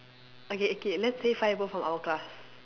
okay okay let's say five of them from our class